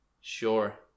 Sure